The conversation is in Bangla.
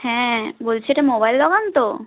হ্যাঁ বলছি এটা মোবাইল দোকান তো